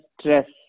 stress